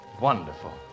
Wonderful